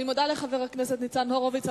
אני מודה לחבר הכנסת ניצן הורוביץ.